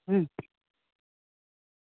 હમ